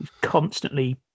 Constantly